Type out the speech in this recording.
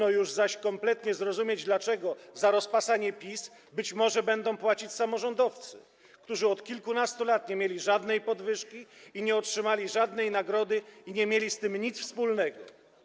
Zaś już kompletnie trudno zrozumieć, dlaczego za rozpasanie PiS być może będą płacić samorządowcy, którzy od kilkunastu lat nie mieli żadnej podwyżki, nie otrzymali żadnej nagrody i nie mieli z tym nic wspólnego.